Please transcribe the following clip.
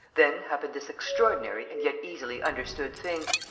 then happened this extraordinary and yet easily understood thing,